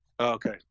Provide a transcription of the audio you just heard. Okay